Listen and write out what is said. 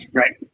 right